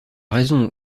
raison